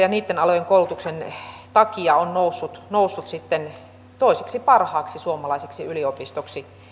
ja niitten alojen koulutuksen takia on noussut noussut sitten toiseksi parhaaksi suomalaiseksi yliopistoksi